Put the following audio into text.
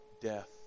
death